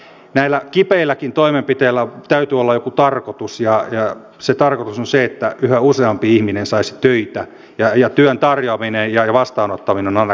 minä uskon että näillä kipeilläkin toimenpiteillä täytyy olla joku tarkoitus ja se tarkoitus on se että yhä useampi ihminen saisi töitä ja työn tarjoaminen ja vastaanottaminen olisi aina kannattavaa